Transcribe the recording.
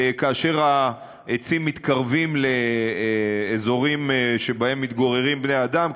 כאשר העצים מתקרבים לאזורים שבהם מתגוררים בני-אדם,